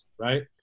right